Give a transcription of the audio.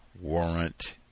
warrant